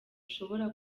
ushobora